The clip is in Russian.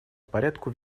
порядку